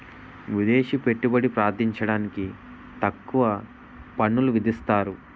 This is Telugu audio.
విదేశీ పెట్టుబడి ప్రార్థించడానికి తక్కువ పన్నులు విధిస్తారు